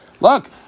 look